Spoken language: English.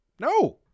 No